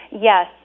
Yes